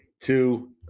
two